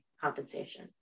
compensation